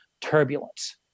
turbulence